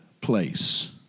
place